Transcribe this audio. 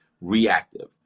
reactive